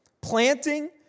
planting